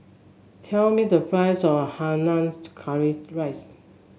tell me the price of Curry Rice